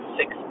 six